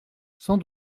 sans